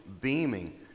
beaming